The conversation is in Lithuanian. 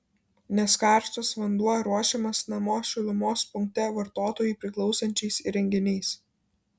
nes karštas vanduo ruošiamas namo šilumos punkte vartotojui priklausančiais įrenginiais